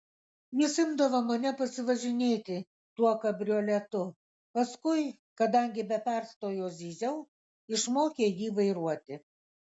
jis imdavo mane pasivažinėti tuo kabrioletu paskui kadangi be perstojo zyziau išmokė jį vairuoti